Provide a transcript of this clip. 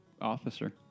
officer